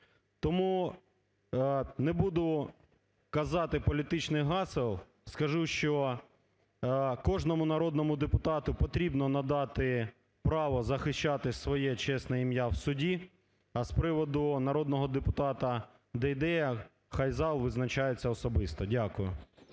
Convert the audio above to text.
Тому не буду казати політичних гасел, скажу, що кожному народному депутату потрібно надати право захищати своє чесне ім'я в суді. А з приводу народного депутата Дейдея хай зал визначається особисто. Дякую.